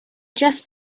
just